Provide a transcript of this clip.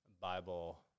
Bible